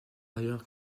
ailleurs